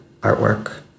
artwork